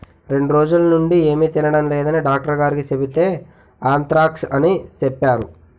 రెండ్రోజులనుండీ ఏమి తినడం లేదని డాక్టరుగారికి సెబితే ఆంత్రాక్స్ అని సెప్పేరు